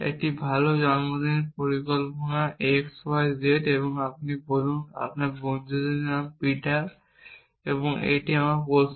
একটি ভাল জন্মদিনের পরিকল্পনা x y z এবং বলুন আপনার বন্ধুদের নাম পিটার এবং এটি আমার প্রশ্ন